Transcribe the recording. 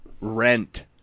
rent